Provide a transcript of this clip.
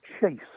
Chase